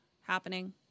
happening